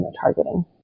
targeting